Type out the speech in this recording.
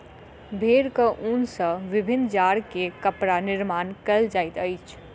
भेड़क ऊन सॅ विभिन्न जाड़ के कपड़ा निर्माण कयल जाइत अछि